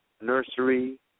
nursery